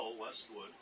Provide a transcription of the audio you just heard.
Westwood